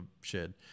shed